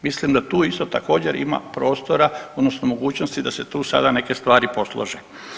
Mislim da tu isto također ima prostora odnosno mogućnosti da se tu sada neke stvari poslože.